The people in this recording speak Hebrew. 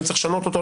יש לשנותו,